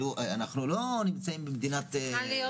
אנחנו לא נמצאים במדינת --- צריכה להיות